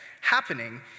happening